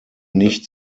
nicht